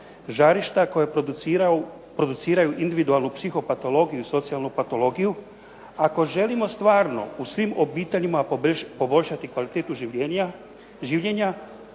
žarišta koja produciraju individualnu psihopatologiju i socijalnu patologiju, ako želimo stvarno u svim obiteljima poboljšati kvalitetu življenja,